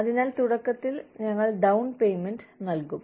അതിനാൽ തുടക്കത്തിൽ ഞങ്ങൾ ഡൌൺ പേയ്മെന്റ് നൽകും